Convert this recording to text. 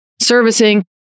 servicing